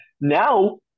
Now